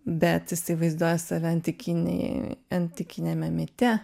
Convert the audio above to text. bet jisai vaizduoja save antikinėj antikiniame mite